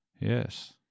Yes